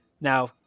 Now